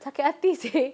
sakit hati seh